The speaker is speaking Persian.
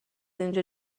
اینجا